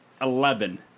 Eleven